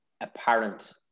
apparent